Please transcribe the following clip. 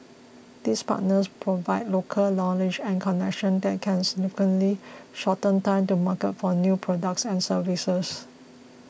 these partners provide local knowledge and connections that can significantly shorten time to market for new products and services